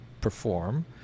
perform